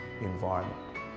environment